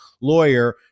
lawyer